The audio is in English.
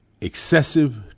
excessive